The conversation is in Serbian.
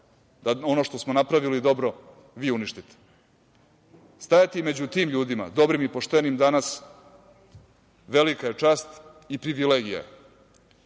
da ono što smo napravili dobro vi uništite. Stajati među tim ljudima dobrim i poštenim danas velika je čast i privilegija.